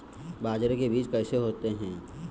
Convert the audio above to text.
बाजरे के बीज कैसे होते हैं?